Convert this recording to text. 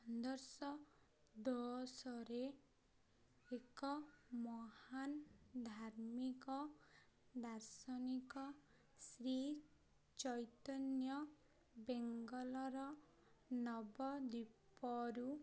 ପନ୍ଦରଶହ ଦଶରେ ଏକ ମହାନ ଧାର୍ମିକ ଦାର୍ଶନିକ ଶ୍ରୀ ଚୈତନ୍ୟ ବେଙ୍ଗଲର ନବଦ୍ୱୀପରୁ